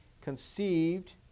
conceived